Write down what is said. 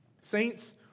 Saints